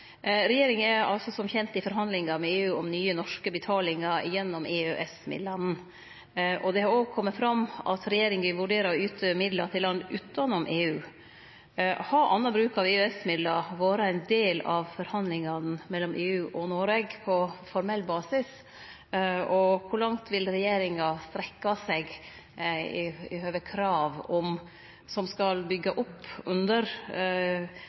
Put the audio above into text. Regjeringa er som kjent i forhandlingar med EU om nye norske betalingar gjennom EØS-midlane. Det har også kome fram at regjeringa vurderer å yte midlar til land utanom EU. Har annan bruk av EØS-midlar vore ein del av forhandlingane mellom EU og Noreg på formell basis, og kor langt vil regjeringa strekkje seg i høve til krav som skal byggje opp under